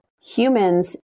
humans